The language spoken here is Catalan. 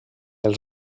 els